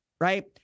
right